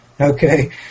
Okay